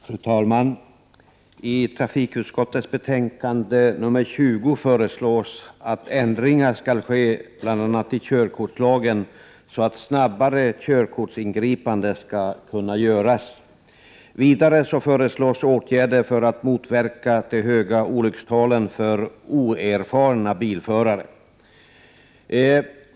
Fru talman! I trafikutskottets betänkande nr 20 föreslås att ändringar skall ske i bl.a. körkortslagen så att snabbare körkortsingripande skall kunna göras. Vidare föreslås åtgärder för att motverka de höga olyckstalen för oerfarna bilförare.